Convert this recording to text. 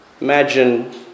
Imagine